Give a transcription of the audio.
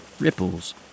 Ripples